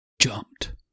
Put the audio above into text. jumped